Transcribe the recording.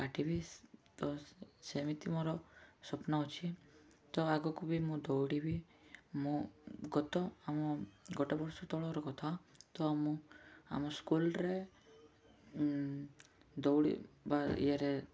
କାଟିବି ତ ସେମିତି ମୋର ସ୍ୱପ୍ନ ଅଛି ତ ଆଗକୁ ବି ମୁଁ ଦୌଡ଼ିବି ମୁଁ ଗତ ଆମ ଗୋଟେ ବର୍ଷ ତଳର କଥା ତ ମୁଁ ଆମ ସ୍କୁଲ୍ରେ ଦୌଡ଼ିବା ଇଏରେ